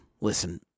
listen